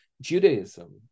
Judaism